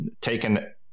taken